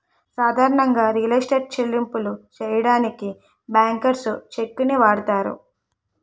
సాధారణంగా real estate చెల్లింపులు సెయ్యడానికి బ్యాంకర్స్ చెక్కుని వాడతారు